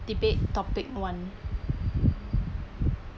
debate topic one